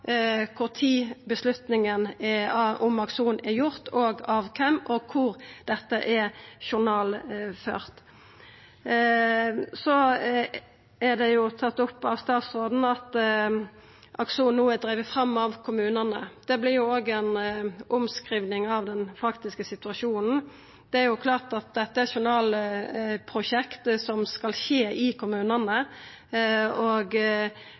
om Akson er gjort, av kven, og kvar dette er journalført. Så er det tatt opp av statsråden at Akson no er drive fram av kommunane. Det vert òg ei omskriving av den faktiske situasjonen. Det er klart at dette er journalprosjekt som skal skje i kommunane, og